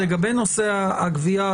לגבי נושא הגבייה,